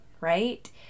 Right